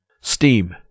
steam